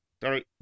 Sorry